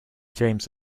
james